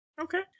Okay